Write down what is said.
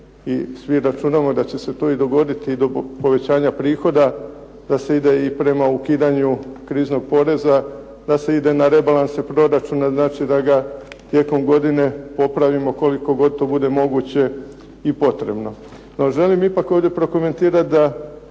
i svi računamo da će se to i dogoditi, do povećanja prihoda da se ide i prema ukidanju kriznog poreza, da se ide na rebalanse proračuna, znači da ga tijekom godine popravimo koliko god to bude moguće i potrebno.